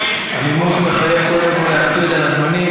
הנימוס מחייב קודם כול להקפיד על הזמנים.